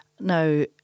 now